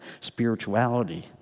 spirituality